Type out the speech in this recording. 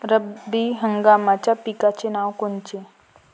रब्बी हंगामाच्या पिकाचे नावं कोनचे?